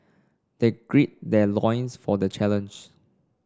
they gird their loins for the challenge